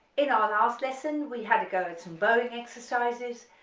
in our last lesson we had a go at some bowing exercises,